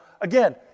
Again